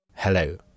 Hello